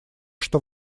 что